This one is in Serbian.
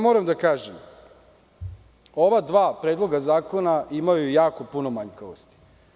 Moram da kažem, ova dva predloga zakona imaju jako puno manjkavosti.